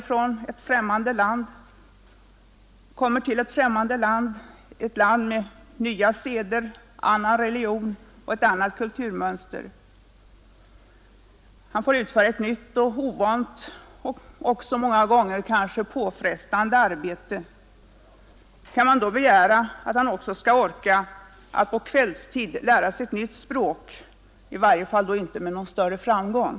Han kommer till ett främmande land, ett land med andra seder, annan religion och ett annat kulturmönster. Han får utföra ett nytt och ovant och många gånger kanske påfrestande arbete. Kan man då begära att han också skall orka med att på kvällstid lära sig ett nytt språk? I varje fall kan han inte göra det med någon större framgång.